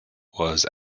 was